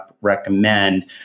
recommend